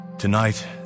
Tonight